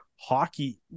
hockey